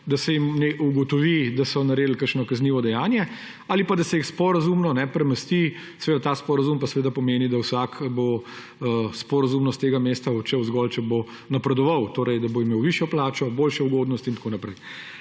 da se ugotovi, da so naredili kakšno kaznivo dejanje, ali pa da se jih sporazumno premesti. Seveda pa ta sporazum pomeni, da bo vsak sporazumno s tega mesta odšel zgolj, če bo napredoval, torej da bo imel višjo plačo, večje ugodnosti in tako naprej.